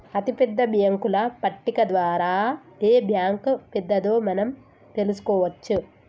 అతిపెద్ద బ్యేంకుల పట్టిక ద్వారా ఏ బ్యాంక్ పెద్దదో మనం తెలుసుకోవచ్చు